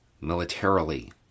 militarily